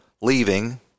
leaving